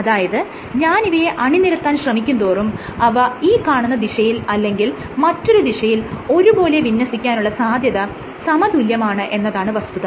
അതായത് ഞാൻ ഇവയെ അണിനിരത്താൻ ശ്രമിക്കുംതോറും ഇവ ഈ കാണുന്ന ദിശയിൽ അല്ലെങ്കിൽ മറ്റൊരു ദിശയിൽ ഒരു പോലെ വിന്യസിക്കാനുള്ള സാധ്യത സമതുല്യമാണ് എന്നതാണ് വസ്തുത